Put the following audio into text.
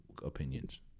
Opinions